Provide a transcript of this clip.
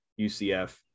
UCF